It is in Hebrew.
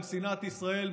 של שנאת ישראל,